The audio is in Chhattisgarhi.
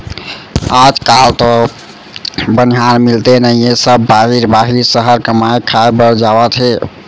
आज काल तो बनिहार मिलते नइए सब बाहिर बाहिर सहर कमाए खाए बर जावत हें